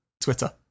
Twitter